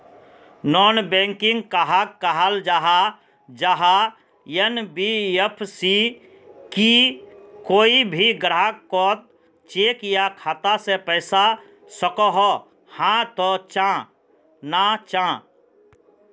Non banking कहाक कहाल जाहा जाहा एन.बी.एफ.सी की कोई भी ग्राहक कोत चेक या खाता से पैसा सकोहो, हाँ तो चाँ ना चाँ?